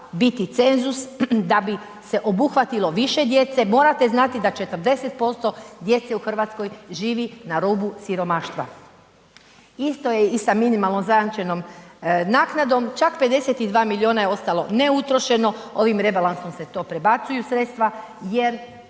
biti cenzus da bi se obuhvatilo više djece, morate znati da 40% djece u Hrvatskoj živi na rubu siromaštva. Isto je i sa minimalnom zajamčenom naknadom, čak 52 milijuna je ostalo neutrošeno, ovim rebalansom se to prebacuju sredstva jer